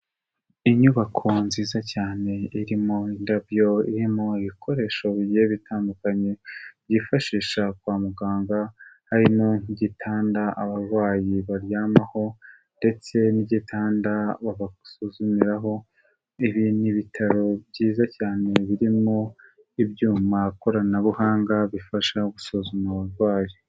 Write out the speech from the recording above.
Inyubako nziza cyane iri mo indabyo irimo ibikoresho bibiri bitandukanye byifashisha kwa muganga harimo igitanda abarwayi baryamaho ndetse n'igitanda basuzumiraho ibi ni ibitaro byiza cyane birimwo ibyuma koranabuhanga bifasha gusuzuma uburwayi.